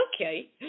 okay